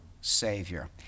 Savior